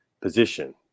position